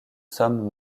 somme